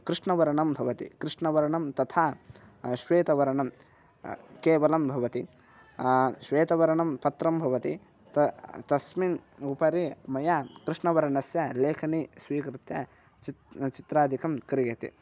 कृष्णवर्णं भवति तथा श्वेतवर्णं केवलं भवति श्वेतवर्णं पत्रं भवति त तस्य उपरि मया कृष्णवर्णस्य लेखनी स्वीकृत्य चित्रं चित्रादिकं क्रियते